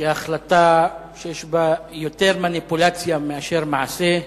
כהחלטה שיש בה יותר מניפולציה מאשר מעשה.